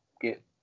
get